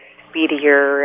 speedier